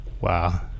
Wow